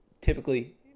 typically